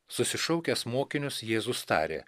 susišaukęs mokinius jėzus tarė